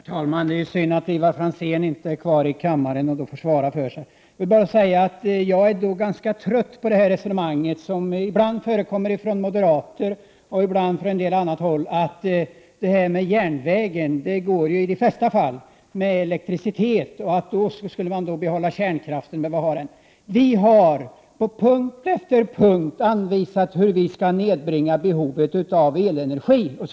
Herr talman! Det är synd att Ivar Franzén inte är kvar i kammaren och kan försvara sig. Jag vill bara säga att jag är ganska trött på det resonemang som ibland moderaterna och ibland andra här för, att järnvägen i de flesta fall går med elektricitet och att man därför skall behålla kärnkraften. Vi har på punkt efter punkt anvisat hur vi skall nedbringa behovet av elenergi.